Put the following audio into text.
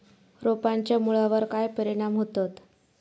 रोपांच्या मुळावर काय परिणाम होतत?